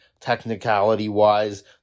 technicality-wise